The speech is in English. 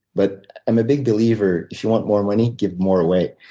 but i'm a big believer if you want more money, give more away.